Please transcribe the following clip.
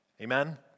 Amen